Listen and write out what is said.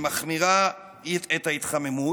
שמחמירה את ההתחממות,